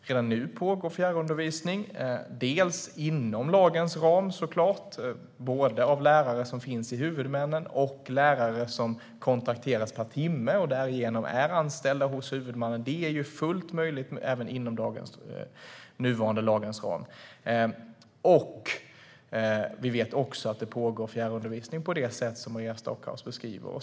Redan nu pågår fjärrundervisning, dels såklart inom lagens ram med lärare som finns hos huvudmännen samt lärare som kontrakteras per timme och därigenom är anställda hos huvudmännen, vilket är fullt möjligt även inom den nuvarande lagens ram, dels på det sätt som Maria Stockhaus beskriver.